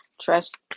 Trust